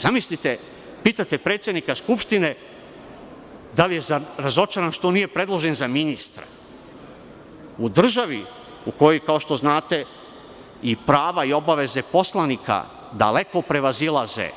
Zamislite, pitate predsednika Skupštine da li je razočaran što nije predložen za ministra, u državi u kojoj i prava i obaveze poslanika daleko prevazilaze